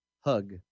Hug